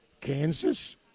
Kansas